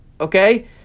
Okay